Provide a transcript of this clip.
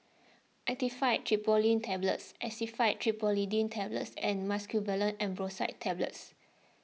Actifed Tablets Actifed Triprolidine Tablets and Mucosolvan Ambroxol Tablets